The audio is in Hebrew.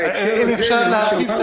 אם אפשר להרחיב את